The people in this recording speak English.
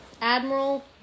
Admiral